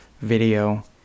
video